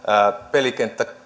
pelikenttä